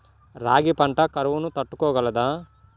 రాగి పంట కరువును తట్టుకోగలదా?